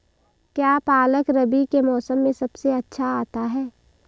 क्या पालक रबी के मौसम में सबसे अच्छा आता है?